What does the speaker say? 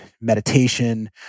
meditation